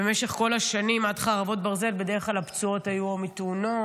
במשך כל השנים עד חרבות ברזל בדרך כלל הפצועות היו מתאונות